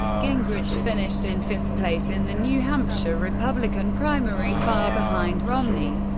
gingrich finished in fifth place in the new hampshire republican primary, far behind romney,